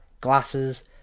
glasses